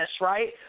right